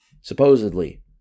supposedly